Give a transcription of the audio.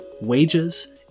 wages